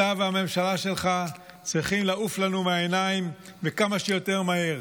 אתה והממשלה שלך צריכים לעוף לנו מהעיניים וכמה שיותר מהר,